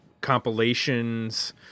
compilations